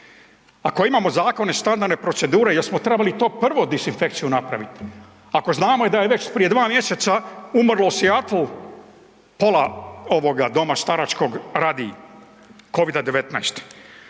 ako imamo zakone i standardne procedure jesmo trebali to prvo dezinfekciju napravit, ako znamo da je već prije 2 mjeseca umrlo u Seattle pola ovoga doma staračkog radi Covida-19.